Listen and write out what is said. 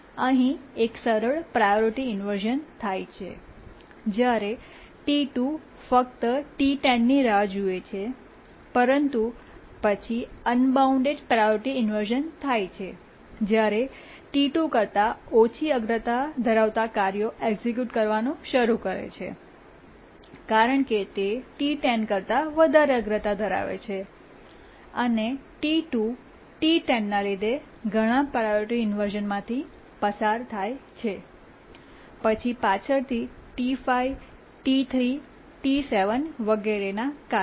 અહીં એક સરળ પ્રાયોરિટી ઇન્વર્શ઼ન થાય છે જ્યારે T2 ફક્ત T10 ની રાહ જુએ છે પરંતુ પછી અનબાઉન્ડ પ્રાયોરિટી ઇન્વર્શ઼ન થાય છે જ્યારે T2 કરતા ઓછી અગ્રતા ધરાવતા કાર્યો એક્સિક્યૂટ થવાનું શરૂ કરે છે કારણ કે તે T10 કરતા વધારે અગ્રતા ધરાવે છે અને T2 T10 ને લીધે ઘણા પ્રાયોરિટી ઇન્વર્શ઼ન માંથી પસાર થાય છે પછી પાછળથી T5 T3 T7 વગેરેને કારણે